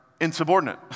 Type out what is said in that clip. insubordinate